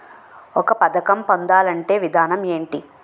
ఒక పథకం పొందాలంటే విధానం ఏంటి?